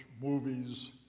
movies